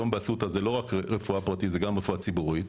היום באסותא אין רק רפואה פרטית אלא גם רפואה ציבורית.